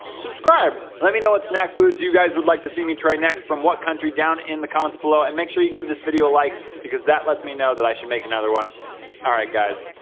subscribe let me know what snack foods you guys would like to see me try next from what country down in the comments below and make sure, you give this video like because that lets me know that i should make another one alright guys